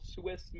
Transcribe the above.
Swiss